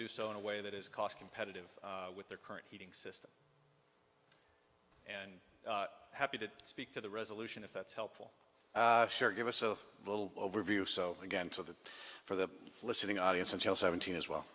do so in a way that is cost competitive with their current heating system and happy to speak to the resolution if that's helpful sure give us a little overview so again so that for the listening audience until seventeen is well